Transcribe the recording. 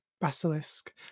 basilisk